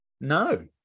No